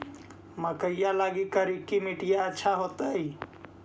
मकईया लगी करिकी मिट्टियां अच्छा होतई